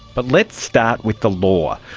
but let's start with the law.